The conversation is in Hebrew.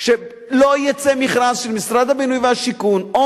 שלא יצא מכרז של משרד הבינוי והשיכון או